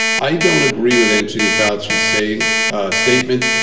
i don't agree with anthony foul's she's saying statement.